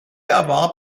erwarb